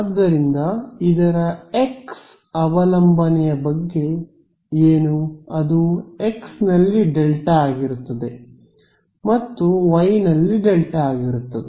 ಆದ್ದರಿಂದ ಇದರ x ಅವಲಂಬನೆಯ ಬಗ್ಗೆ ಏನು ಅದು x ನಲ್ಲಿ ಡೆಲ್ಟಾ ಆಗಿರುತ್ತದೆ ಮತ್ತು y ನಲ್ಲಿ ಡೆಲ್ಟಾ ಆಗಿರುತ್ತದೆ